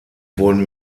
wurden